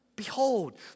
Behold